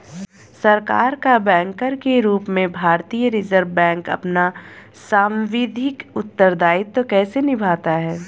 सरकार का बैंकर के रूप में भारतीय रिज़र्व बैंक अपना सांविधिक उत्तरदायित्व कैसे निभाता है?